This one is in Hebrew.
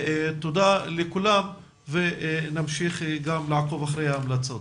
תודה לכולם ונמשיך גם לעקוב אחרי ההמלצות.